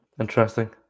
Interesting